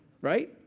Right